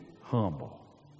humble